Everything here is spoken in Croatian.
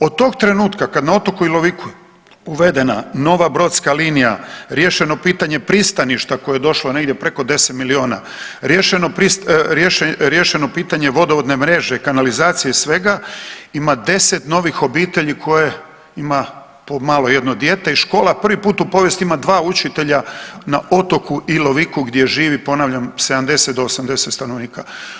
Od tog trenutka kad je na otoku Iloviku uvedena nova brodska linija, riješeno pitanje pristaništa koje je došlo negdje preko 10 miliona, riješeno pitanje vodovodne mreže, kanalizacije i svega ima 10 novih obitelji koje ima po malo jedno dijete i škola, prvi puta u povijesti ima 2 učitelja na otoku Iloviku gdje živi ponavljam 70 do 80 stanovnika.